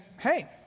hey